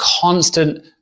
constant